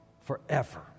forever